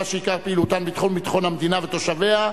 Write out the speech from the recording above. שעיקר פעילותן בתחום ביטחון המדינה ותושביה,